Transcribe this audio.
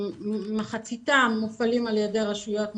מחציתם מופעלים על ידי רשויות מקומיות.